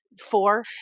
four